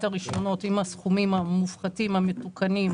הרישיונות עם הסכומים המופחתים המתוקנים,